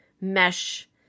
mesh